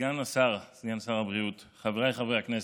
סגן שר הבריאות, חבריי חברי הכנסת,